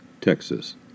Texas